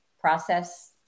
process